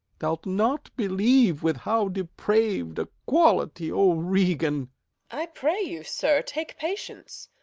thou'lt not believe with how deprav'd a quality o regan i pray you, sir, take patience.